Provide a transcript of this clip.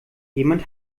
jemand